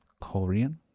korean